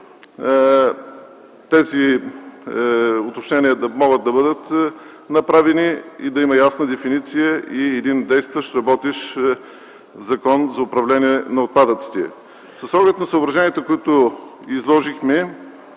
тези уточнения могат да бъдат направени и да има ясна дефиниция и действащ, работещ Закон за управление на отпадъците. С оглед на съображенията, които изложихме,